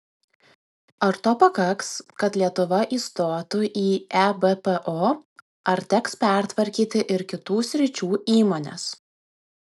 ar to pakaks kad lietuva įstotų į ebpo ar teks pertvarkyti ir kitų sričių įmones